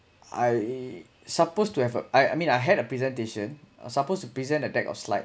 I supposed to have a I I mean I had a presentation uh supposed to present a deck of slide